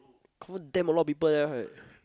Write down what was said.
confirm damn a lot of people there [one] right